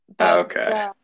Okay